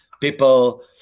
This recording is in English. people